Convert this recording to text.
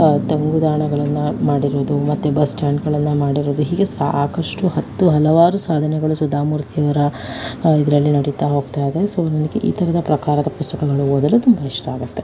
ತಂಗುದಾಣಗಳನ್ನು ಮಾಡಿರೋದು ಮತ್ತೆ ಬಸ್ಸ್ಟ್ಯಾಂಡ್ಗಳನ್ನು ಮಾಡಿರೋದು ಹೀಗೆ ಸಾಕಷ್ಟು ಹತ್ತು ಹಲವಾರು ಸಾಧನೆಗಳು ಸುಧಾಮೂರ್ತಿಯವರ ಇದರಲ್ಲಿ ನಡೀತಾ ಹೋಗ್ತಾಯಿದೆ ಸೊ ನನಗೆ ಈ ಥರದ ಪ್ರಕಾರದ ಪುಸ್ತಕಗಳು ಓದಲು ತುಂಬ ಇಷ್ಟ ಆಗತ್ತೆ